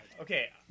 Okay